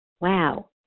Wow